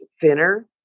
thinner